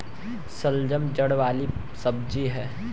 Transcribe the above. शलजम जड़ वाली सब्जी है